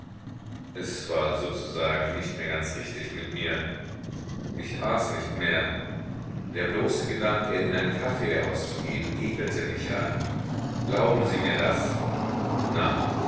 es war sozusagen nicht mehr ganz richtig mit mir ich aß nicht mehr der bloße gedanke in ein kaffeehaus zu gehn ekelte mich an glauben sie mir das na